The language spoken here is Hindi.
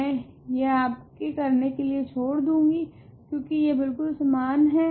मैं यह आपके करने के लिए छोड़ दूँगी क्योकि यह बिलकुल समान है